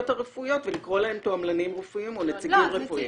הרפואיות ולקרוא להם תועמלנים רפואיים או נציגים רפואיים.